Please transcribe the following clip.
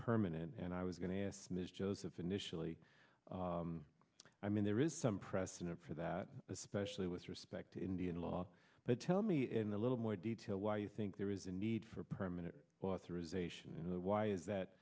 permanent and i was going to ask ms joseph initially i mean there is some precedent for that especially with respect to indian law but tell me in a little more detail why you think there is a need for permanent authorization and why is that